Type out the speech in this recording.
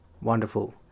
wonderful